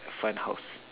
fun house